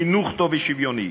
חינוך טוב ושוויוני,